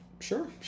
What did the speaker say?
Sure